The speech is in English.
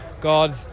God